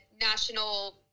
National